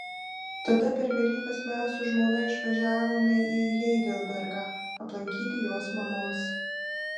tada per velykas mes su žmona išvažiavome į heidelbergą aplankyti jos mamos